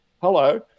hello